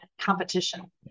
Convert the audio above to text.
competition